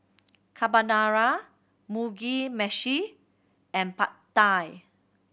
Carbonara Mugi Meshi and Pad Thai